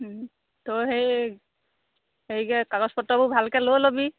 তয়ো সেই কাগজ পত্ৰবোৰ ভালকৈ লৈ ল'বি